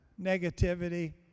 negativity